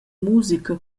musica